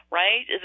right